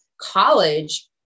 college